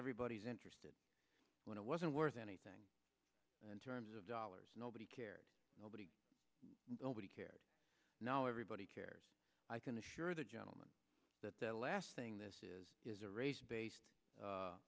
everybody's interested when it wasn't worth anything in terms of dollars nobody cared nobody nobody cared now everybody cares i can assure the gentleman that the last thing this is is a race based